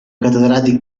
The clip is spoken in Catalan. catedràtic